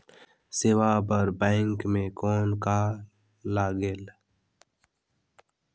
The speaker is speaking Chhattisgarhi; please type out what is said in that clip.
सेवा बर बैंक मे कौन का लगेल?